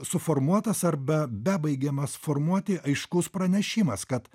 suformuotas arba bebaigiamas formuoti aiškus pranešimas kad